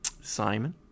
simon